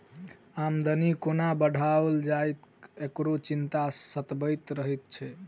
आमदनी कोना बढ़ाओल जाय, एकरो चिंता सतबैत रहैत छै